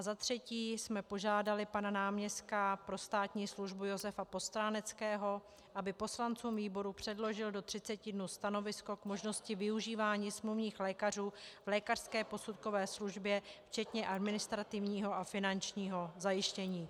za třetí požádali jsme pana náměstka pro státní službu Josefa Postráneckého, aby poslancům výboru předložil do třiceti dnů stanovisko k možnosti využívání smluvních lékařů v lékařské posudkové službě včetně administrativního a finančního zajištění.